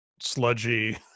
sludgy